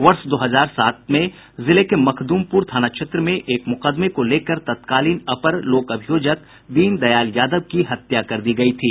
वर्ष दो हजार सात में जिले के मखद्मपूर थाना क्षेत्र में एक मुकदमे को लेकर तत्कालीन अपर लोक अभियोजक दीनदयाल यादव की हत्या कर दी गयी थी